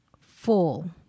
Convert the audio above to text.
full